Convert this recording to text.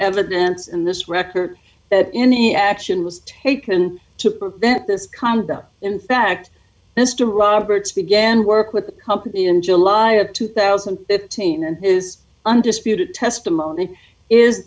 evidence in this record that any action was taken to prevent this condo in fact mr roberts began work with the company in july of two thousand and fifteen and his undisputed testimony is